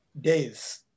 days